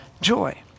joy